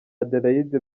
adelaide